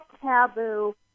taboo